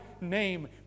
name